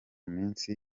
minsi